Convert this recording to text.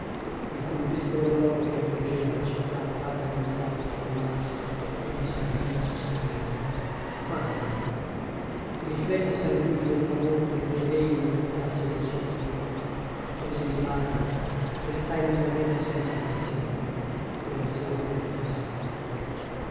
il pulviscolo d'oro che avvolgeva la città parve ad un tratto sublimarsi in un sacrifizio sanguigno quando i riflessi sanguigni del tramonto credei mi portassero il suo saluto chiusi le palpebre restai lungamente senza pensiero quella sera non chiesi altro